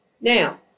Now